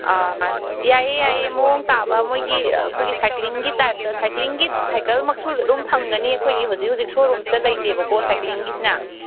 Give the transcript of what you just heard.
ꯌꯥꯏꯌꯦ ꯌꯥꯏꯌꯦ ꯃꯑꯣꯡꯇꯥꯕ ꯃꯣꯏꯒꯤ ꯑꯩꯈꯣꯏꯒꯤ ꯁꯥꯏꯀ꯭ꯂꯤꯡꯒꯤ ꯇꯥꯏꯞꯇ ꯁꯥꯏꯀ꯭ꯂꯤꯡꯒꯤ ꯁꯥꯏꯀꯜꯃꯛꯁꯨ ꯑꯗꯨꯝ ꯐꯪꯒꯅꯤ ꯑꯩꯈꯣꯏꯒꯤ ꯍꯧꯖꯤꯛ ꯍꯧꯖꯤꯛ ꯁꯣꯔꯨꯝꯁꯤꯗ ꯂꯩꯇꯦꯕꯀꯣ ꯁꯥꯏꯀ꯭ꯂꯤꯡꯒꯤꯁꯤꯅ